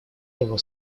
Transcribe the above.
его